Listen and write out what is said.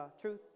truth